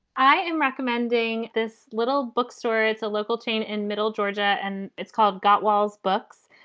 i am recommending this little bookstore. it's a local chain in middle georgia and it's called got walls books,